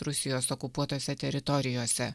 rusijos okupuotose teritorijose